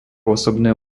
osobné